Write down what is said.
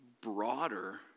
broader